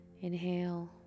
inhale